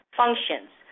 functions